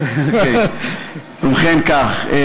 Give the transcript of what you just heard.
ובכן כך,